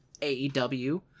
AEW